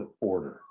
order